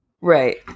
right